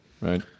right